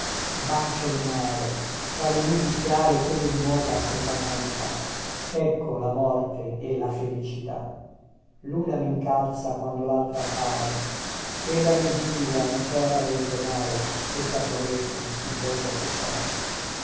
bacio lunare fra le nubi chiare come di moda settantanni fa ecco la morte e la felicità luna mincalza quando laltra appare quella mesilia in terra doltremare questa promette il bene che sarà